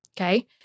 okay